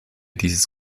dieses